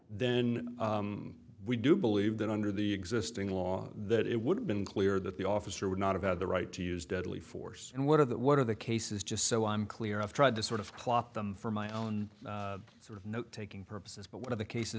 then we do believe that under the existing law that it would have been clear that the officer would not have had the right to use deadly force and what are the what are the cases just so i'm clear i've tried to sort of plot them for my own sort of note taking purposes but one of the cases